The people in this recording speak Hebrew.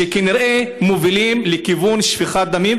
שכנראה מובילים לשפיכת דמים,